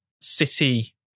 city